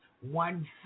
One